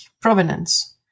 provenance